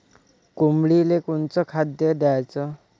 कोंबडीले कोनच खाद्य द्याच?